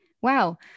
Wow